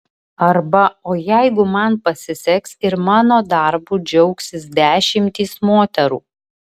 arba o jeigu man pasiseks ir mano darbu džiaugsis dešimtys moterų